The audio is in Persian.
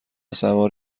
سوار